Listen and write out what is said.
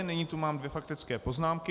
Nyní tu mám dvě faktické poznámky.